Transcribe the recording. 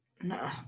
No